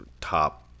top